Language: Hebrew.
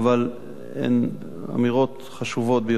אבל הן אמירות חשובות ביותר.